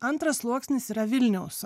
antras sluoksnis yra vilniaus